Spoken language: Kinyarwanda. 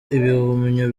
ibihumyo